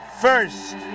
first